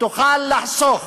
תוכל לחסוך